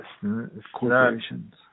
Corporations